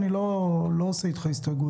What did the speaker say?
אני לא עושה איתך הסתייגויות.